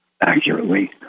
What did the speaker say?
accurately